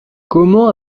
comment